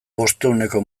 bostehuneko